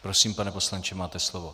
Prosím, pane poslanče, máte slovo.